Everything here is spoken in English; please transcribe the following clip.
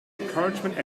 encouragement